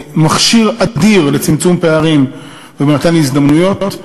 מכשיר אדיר לצמצום פערים ומתן הזדמנויות,